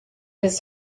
his